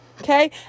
okay